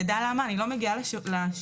ידע למה אני לא מגיעה לשיעורים?